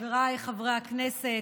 חבריי חברי הכנסת,